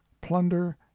plunder